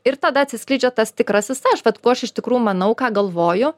ir tada atsiskleidžia tas tikrasis aš vat kuo aš iš tikrųjų manau ką galvoju